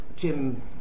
Tim